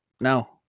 no